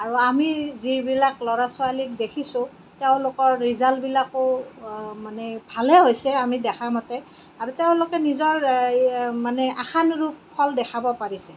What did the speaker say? আৰু আমি যিবিলাক ল'ৰা ছোৱালীক দেখিছোঁ তেওঁলোকৰ ৰিজাল্টবিলাকো মানে ভালেই হৈছে আমি দেখা মতে আৰু তেওঁলোকে নিজৰ মানে আশানুৰূপ ফল দেখাব পাৰিছে